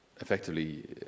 effectively